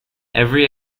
every